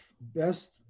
best